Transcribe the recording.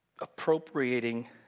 appropriating